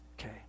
Okay